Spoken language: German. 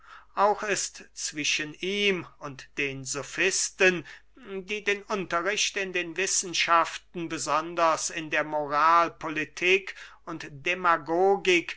auch ist zwischen ihm und den sofisten die den unterricht in den wissenschaften besonders in der moral politik und demagogik